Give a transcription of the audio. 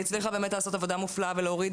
שהצליחה לעשות עבודה מופלאה ולהוריד